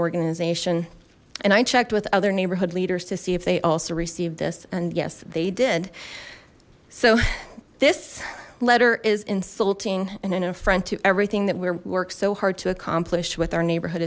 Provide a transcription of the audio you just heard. organization and i checked with other neighborhood leaders to see if they also received this and yes they did so this letter is insulting and an affront to everything that we worked so hard to accomplish with our neighborhood